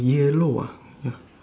yellow ah ya